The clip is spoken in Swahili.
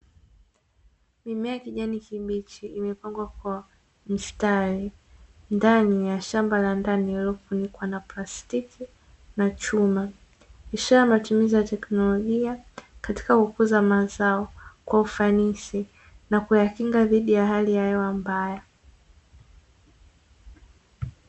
Mimea ya kijani kibichi imepangwa kwa mstari ndani ya shamba la ndani lililofunikwa na plastiki na chuma, ishara ya matumizi ya teknolojia katika kukuza mazao kwa ufanisi na kuyakinga dhidi ya hali ya hewa mbaya.